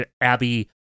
Abby